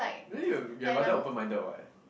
then you you are rather open minded what